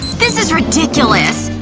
this is ridiculous.